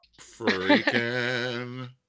Freaking